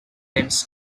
tends